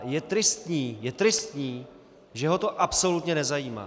Je tristní je tristní že ho to absolutně nezajímá.